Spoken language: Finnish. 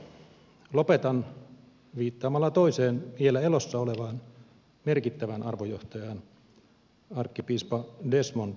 lopetan viittaamalla toiseen vielä elossa olevaan merkittävään arvojohtajaan arkkipiispa desmond tutuun